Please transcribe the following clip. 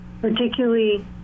particularly